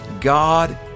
God